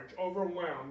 overwhelmed